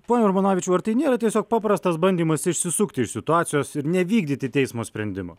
pone urmonavičiau ar tai nėra tiesiog paprastas bandymas išsisukti iš situacijos ir nevykdyti teismo sprendimo